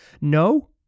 No